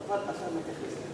אצלנו בבית ישבו.